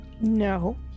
No